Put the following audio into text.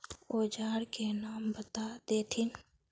औजार के नाम बता देथिन?